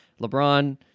LeBron